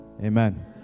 amen